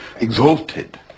exalted